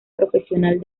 profesional